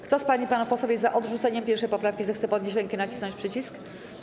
Kto z pań i panów posłów jest za odrzuceniem 1. poprawki, zechce podnieść rękę i nacisnąć przycisk.